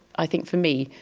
i think, for me,